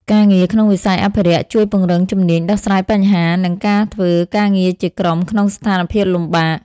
ការងារក្នុងវិស័យអភិរក្សជួយពង្រឹងជំនាញដោះស្រាយបញ្ហា និងការធ្វើការងារជាក្រុមក្នុងស្ថានភាពលំបាក។